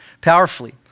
powerfully